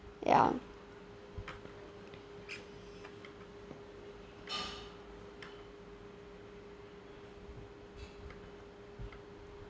ya